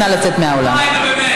ואתם פוגעים בה יותר מכל אחד אחר.